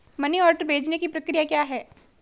Money order भेजने की प्रक्रिया क्या है?